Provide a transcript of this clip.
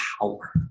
power